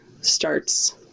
starts